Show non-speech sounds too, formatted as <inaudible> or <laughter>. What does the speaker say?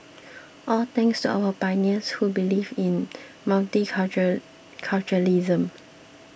all thanks our pioneers who believed in multi culture <unintelligible>